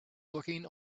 looking